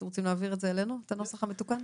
אתם רוצים להעביר אלינו את הנוסח המתוקן?